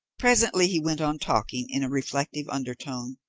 presently he went on talking in a reflective undertone